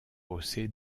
josé